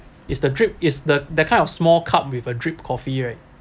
is the drip is the that kind of small cup with a drip coffee right